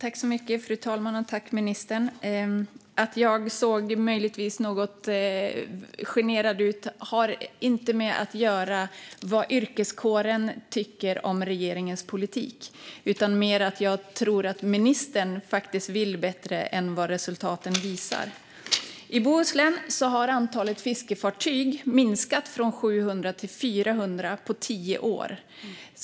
Fru talman! Tack, ministern! Om jag möjligtvis såg något generad ut har det inte med vad yrkeskåren tycker om regeringens politik att göra. Det handlar mer om att jag tror att ministern faktiskt vill bättre än vad resultaten visar. I Bohuslän har antalet fiskefartyg minskat från 700 till 400 på tio år.